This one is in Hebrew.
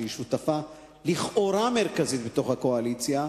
שלכאורה היא שותפה מרכזית בקואליציה,